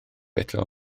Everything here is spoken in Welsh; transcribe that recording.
eto